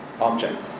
object